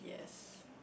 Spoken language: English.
yes